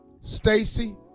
stacy